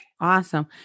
Awesome